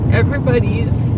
everybody's